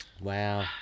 Wow